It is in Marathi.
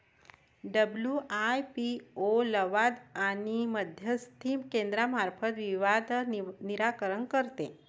डब्ल्यू.आय.पी.ओ लवाद आणि मध्यस्थी केंद्रामार्फत विवाद निराकरण करते